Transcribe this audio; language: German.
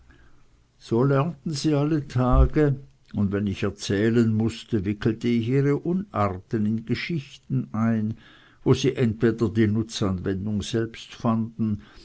so lernten sie alle tage und wenn ich erzählen mußte wickelte ich ihre unarten in geschichten ein wo sie entweder die nutzanwendung selbst fanden